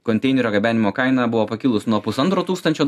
konteinerių gabenimo kaina buvo pakilus nuo pusantro tūkstančio